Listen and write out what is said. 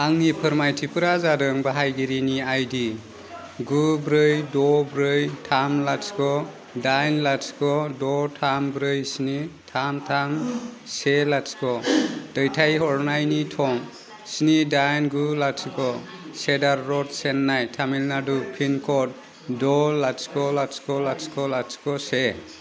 आंनि फोरमायथिफोरा जादों बाहायगिरिनि आइडि गु ब्रै द' ब्रै थाम लाथिख' दाइन लाथिख' द' थाम ब्रै स्नि थाम थाम से लाथिख' दैथायहरनायनि थं स्नि दाइन गु लाथिख' सेडार रड सेननाय तामिलनाडु पिनकड द' लाथिख' लाथिख' लाथिख' लाथिख' से